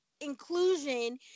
inclusion